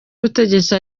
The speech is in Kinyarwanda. ubutegetsi